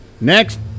Next